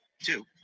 two